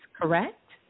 correct